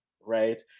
right